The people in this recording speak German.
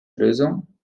lösung